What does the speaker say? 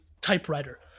typewriter